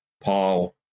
Paul